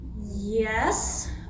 Yes